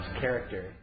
character